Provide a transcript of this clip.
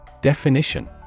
Definition